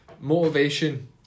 Motivation